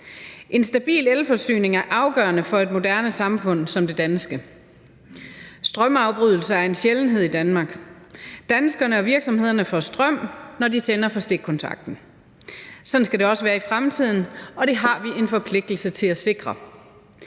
En stabil elforsyning er afgørende for et moderne samfund som det danske. Strømafbrydelser er en sjældenhed i Danmark. Danskerne og virksomhederne får strøm, når de tænder for stikkontakten. Sådan skal det også være i fremtiden, og det har vi en forpligtelse til at sikre.